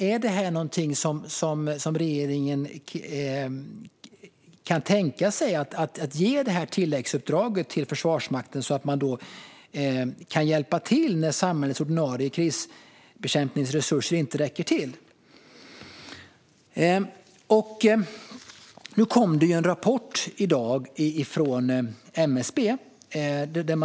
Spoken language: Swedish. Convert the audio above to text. Är det någonting som regeringen kan tänka sig, att ge det här tilläggsuppdraget till Försvarsmakten så att den kan hjälpa till när samhällets ordinarie krisbekämpningsresurser inte räcker till? Det kom en rapport från MSB i dag.